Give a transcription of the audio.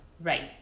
Right